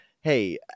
hey